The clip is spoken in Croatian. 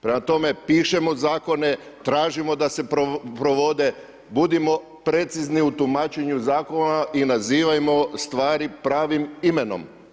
Prema tome, pišemo zakone, tražimo da se provode, budimo precizni u tumačenju zakona i nazivamo stvari pravim imenom.